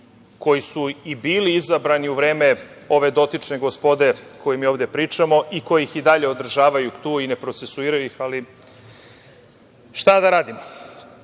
koji su i bili izabrani u vreme ove dotične gospode o kojima mi ovde pričamo i koji ih i dalje održavaju tu i ne procesuiraju ih, ali šta da